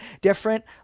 different